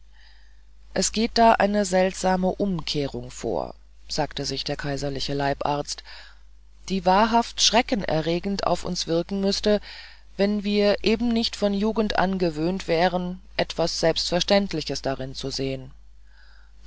es geht da eine seltsame umkehrung vor sagte sich der herr leibarzt die wahrhaft schreckenerregend auf uns wirken müßte wenn wir eben nicht von jugend an gewöhnt wären etwas selbstverständliches in ihr zu sehen